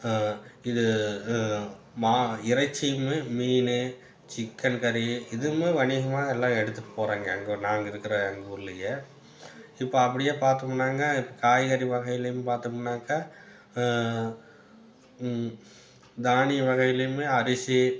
இது மா இறைச்சியும் மீன் சிக்கன் கறி இதுமே வணிகமாக எல்லா எடுத்துட்டு போகிறாங்க எங்கள் நாங்கள் இருக்கிற எங்கள் ஊரிலயே இப்போ அப்படியே பாத்தோமுனாங்க காய்கறி வகையிலையும் பாத்தோமுனாக்கா தானிய வகைலேயுமே அரிசி